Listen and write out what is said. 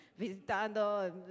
visitando